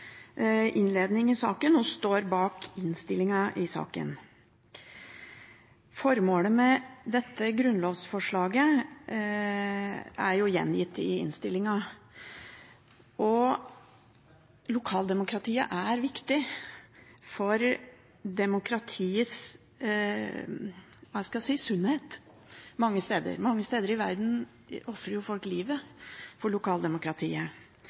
innledning og står bak innstillingen i saken. Formålet med dette grunnlovsforslaget er gjengitt i innstillingen. Lokaldemokratiet er viktig for demokratiets sunnhet. Mange steder i verden ofrer jo folk livet for lokaldemokratiet.